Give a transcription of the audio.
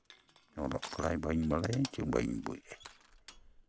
ᱚᱞᱚᱜ ᱯᱟᱲᱦᱟᱜ ᱵᱟᱹᱧ ᱵᱟᱲᱟᱭᱟ ᱥᱮ ᱵᱟᱹᱧ ᱵᱩᱡᱟᱹᱧ